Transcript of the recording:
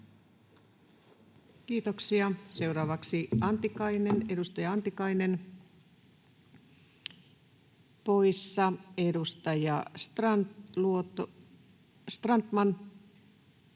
Kiitoksia. — Seuraavaksi edustaja Antikainen, poissa. Edustaja Strand...